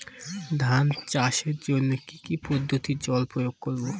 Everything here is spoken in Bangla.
ধান চাষের জন্যে কি কী পদ্ধতিতে জল প্রয়োগ করব?